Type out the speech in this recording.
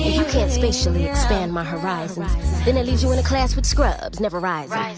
you can't spatially expand my horizons, then that leaves you in a class with scrubs, never rising.